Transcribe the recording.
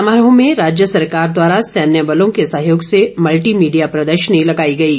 समारोह में राज्य सरकार द्वारा सैन्य बलों के सहयोग से मल्टी मीडिया प्रदर्शनी लगाई गयी